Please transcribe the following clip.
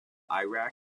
iraq